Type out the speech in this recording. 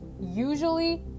usually